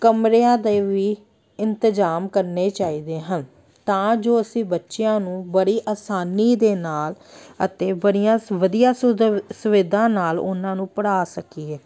ਕਮਰਿਆਂ ਦੇ ਵੀ ਇੰਤਜ਼ਾਮ ਕਰਨੇ ਚਾਹੀਦੇ ਹਨ ਤਾਂ ਜੋ ਅਸੀਂ ਬੱਚਿਆਂ ਨੂੰ ਬੜੀ ਆਸਾਨੀ ਦੇ ਨਾਲ ਅਤੇ ਬੜੀਆਂ ਵਧੀਆ ਸੁਵਿਧ ਸੁਵਿਧਾ ਨਾਲ ਉਹਨਾਂ ਨੂੰ ਪੜ੍ਹਾ ਸਕੀਏ